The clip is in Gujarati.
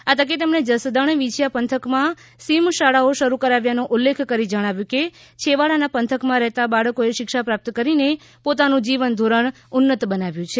આ તકે તેમણે જસદણ વિંછીયા પંથકમાં સિમ શાળાઓ શરૂ કરાવ્યાનો ઉલ્લેખ કરી જણાવ્યું કે છેવાડાના પંથકમાં રહેતા બાળકોએ શિક્ષા પ્રાપ્ત કરીને પોતાનું જીવન ધોરણ બનાવ્યું છે